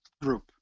group